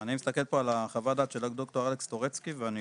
אני מסתכל פה על חוות הדעת של ד"ר אלכס טורצקי ואני